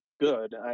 good